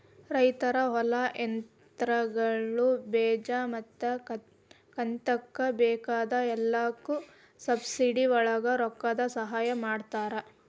ರೈತರ ಹೊಲಾ, ಯಂತ್ರಗಳು, ಬೇಜಾ ಮತ್ತ ಕಂತಕ್ಕ ಬೇಕಾಗ ಎಲ್ಲಾಕು ಸಬ್ಸಿಡಿವಳಗ ರೊಕ್ಕದ ಸಹಾಯ ಮಾಡತಾರ